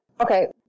Okay